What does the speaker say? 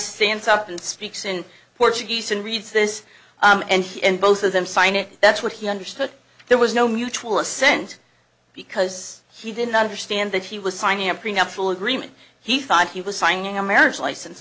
stands up and speaks in portuguese and reads this and he in both of them signed it that's what he understood there was no mutual assent because he didn't understand that he was signing a prenuptial agreement he thought he was signing a marriage licen